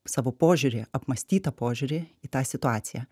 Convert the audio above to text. savo požiūrį apmąstytą požiūrį į tą situaciją